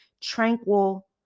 tranquil